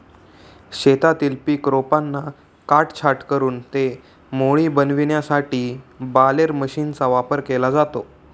शेतातील पीक रोपांना काटछाट करून ते मोळी बनविण्यासाठी बालेर मशीनचा वापर केला जातो